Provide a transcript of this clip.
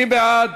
מי בעד?